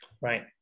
Right